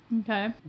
Okay